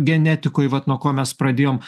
genetikoj vat nuo ko mes pradėjom